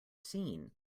seen